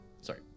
Sorry